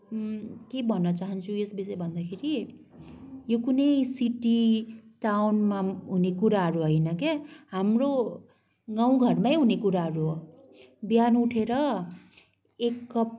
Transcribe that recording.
के भन्न चाहन्छु यस विषय भन्दाखेरि यो कुनै सिटी टाउनमा हुने कुराहरू होइन क्या हाम्रो गाउँघरमै हुने कुराहरू हो बिहान उठेर एक कप